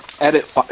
edit